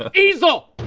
ah easel!